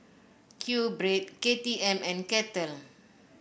Q Bread K T M and Kettle